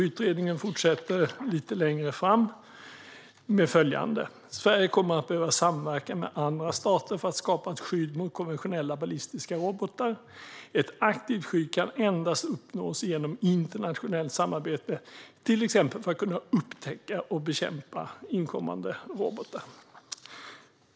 Utredningen fortsätter lite längre fram med följande: Sverige kommer att behöva samverka med andra stater för att skapa ett skydd mot konventionella ballistiska robotar. Ett aktivt skydd kan endast uppnås genom internationellt samarbete, till exempel för att kunna upptäcka och bekämpa inkommande robotar.